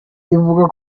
ivuga